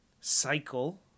cycle